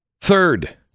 Third